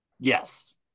Yes